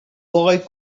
boy